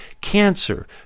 cancer